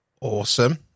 Awesome